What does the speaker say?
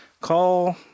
Call